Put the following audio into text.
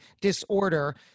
disorder